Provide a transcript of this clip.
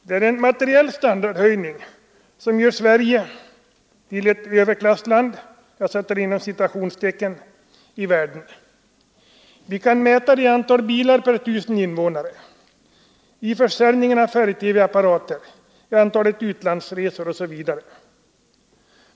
Det har varit en materiell standardhöjning som gör Sverige till ett ”överklassland” i världen. Vi kan mäta det i antal bilar per tusen invånare, i försäljningen av färg-TV-apparater, i antalet utlandsresor osv.